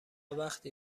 وقتی